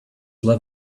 love